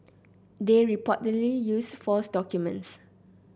they reportedly used false documents